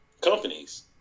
companies